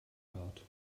part